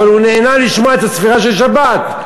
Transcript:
אבל הוא נהנה לשמוע את הצפירה של שבת.